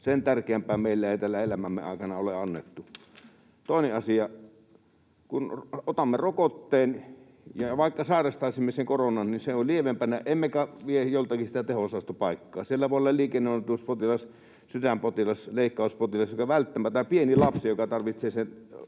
Sen tärkeämpää meillä ei täällä elämämme aikana ole annettu. Toinen asia: Kun otamme rokotteen, niin vaikka sairastaisimme sen koronan, se on lievempänä emmekä vie joltakin sitä teho-osastopaikkaa. Siellä voi olla liikenneonnettomuuspotilas, sydänpotilas, leikkauspotilas tai pieni lapsi, joka välttämättä